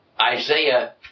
Isaiah